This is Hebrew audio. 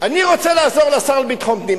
אני רוצה לעזור לשר לביטחון פנים.